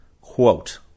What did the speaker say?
Quote